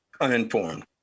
uninformed